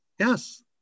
Yes